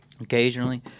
occasionally